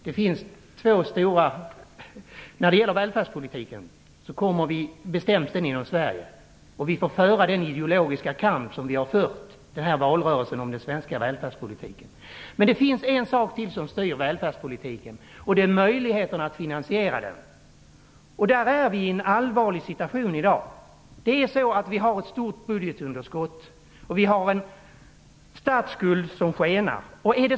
Den svenska välfärdspolitiken bestäms inom Sverige, och vi får själva föra en sådan ideologisk kamp om den som vi har fört under den gångna valrörelsen. Men något annat som också styr välfärdspolitiken är möjligheten att finansiera den. Därvidlag är vi i dag i en allvarlig situation. Vi har ett stort budgetunderskott, och vi har en statsskuld som skenar.